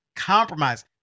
Compromise